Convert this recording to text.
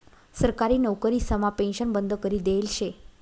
सरकारी नवकरीसमा पेन्शन बंद करी देयेल शे